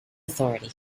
authority